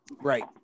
right